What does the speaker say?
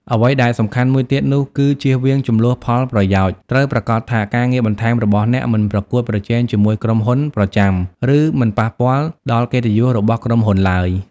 អ្វីដែលសំខាន់មួយទៀតនោះគឺជៀសវាងជម្លោះផលប្រយោជន៍ត្រូវប្រាកដថាការងារបន្ថែមរបស់អ្នកមិនប្រកួតប្រជែងជាមួយក្រុមហ៊ុនប្រចាំ ឬមិនប៉ះពាល់ដល់កិត្តិយសរបស់ក្រុមហ៊ុនឡើយ។